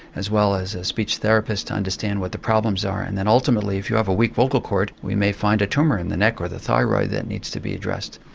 as well as a speech therapist, to understand what the problems are. and then ultimately if you have a weak vocal chord we may find a tumour in the neck or the thyroid that needs to be addressed.